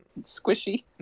squishy